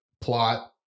plot